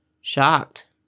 Shocked